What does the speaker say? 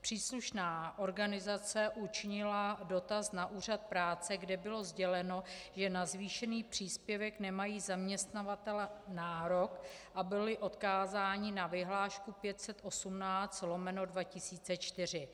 Příslušná organizace učinila dotaz na úřad práce, kde bylo sděleno, že na zvýšený příspěvek nemají zaměstnavatelé nárok, a byli odkázáni na vyhlášku 518/2004.